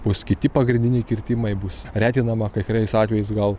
bus kiti pagrindiniai kirtimai bus retinama kai kuriais atvejais gal